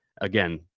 Again